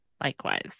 Likewise